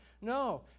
No